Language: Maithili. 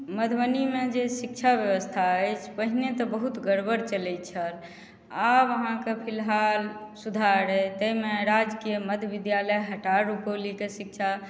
मधुबनीमे जे शिक्षा व्यवस्था अछि पहिने तऽ बहुत गड़बड़ चलैत छल आब अहाँकेँ फिलहाल सुधार अछि ताहिमे राज्यके मध्य विद्यालय हटार रुपौलीके शिक्षा